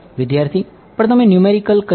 વિદ્યાર્થી પણ તમે ન્યૂમેરિકલ કહ્યું